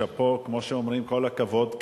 אז שאפו, כמו שאומרים, כל הכבוד.